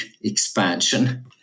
expansion